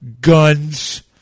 Guns